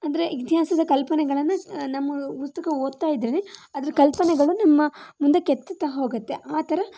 ಅಂದರೆ ಇತಿಹಾಸದ ಕಲ್ಪನೆಗಳನ್ನು ನಮ್ಮ ಪುಸ್ತಕ ಓದ್ತಾ ಇದ್ದರೇನೆ ಅದರ ಕಲ್ಪನೆಗಳು ನಮ್ಮ ಮುಂದಕ್ಕೆ ಹೆಚ್ಚುತ್ತಾ ಹೋಗುತ್ತೆ ಆ ಥರ